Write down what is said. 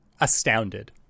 astounded